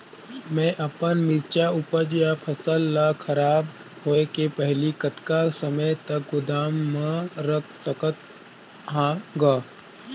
मैं अपन मिरचा ऊपज या फसल ला खराब होय के पहेली कतका समय तक गोदाम म रख सकथ हान ग?